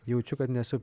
jaučiu kad nesu